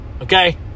Okay